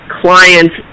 clients